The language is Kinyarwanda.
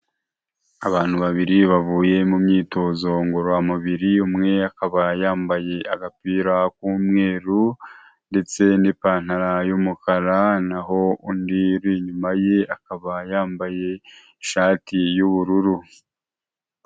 Abantu babiri bavuye mu myitozo ngororamubiri, umwe akaba yambaye agapira k'umweru ndetse n'ipantaro y'umukara n'aho undi uri inyuma ye akaba yambaye ishati y'ubururu.